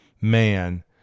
man